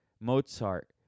Mozart